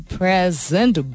present